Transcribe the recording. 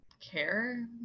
care